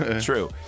True